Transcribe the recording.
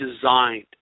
designed